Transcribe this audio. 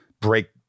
break